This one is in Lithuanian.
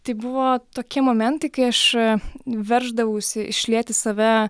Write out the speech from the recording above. tai buvo tokie momentai kai aš verždavausi išlieti save